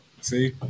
See